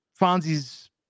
Fonzie's